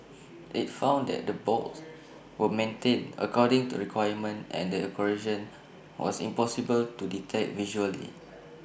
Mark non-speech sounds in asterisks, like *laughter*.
IT found that the bolts *noise* were maintained according to requirements and the corrosion was impossible to detect visually